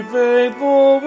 faithful